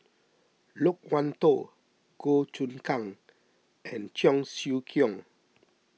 Loke Wan Tho Goh Choon Kang and Cheong Siew Keong